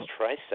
tricep